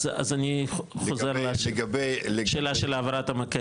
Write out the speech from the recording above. אז אני חוזר לשאלה של העברת המקל.